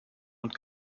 und